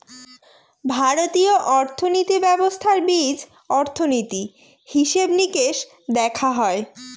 ভারতীয় অর্থনীতি ব্যবস্থার বীজ অর্থনীতি, হিসেব নিকেশ দেখা হয়